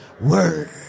word